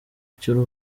cy’u